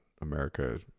America